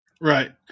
Right